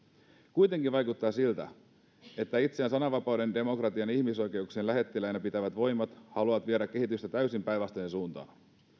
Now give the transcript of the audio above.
kuitenkin vaikuttaa siltä että itseään sananvapauden demokratian ja ihmisoikeuksien lähettiläinä pitävät voimat haluavat viedä kehitystä täysin päinvastaiseen suuntaan